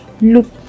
look